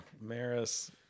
Maris